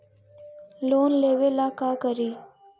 Loan लेबे ला का करि?